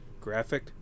graphic